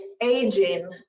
aging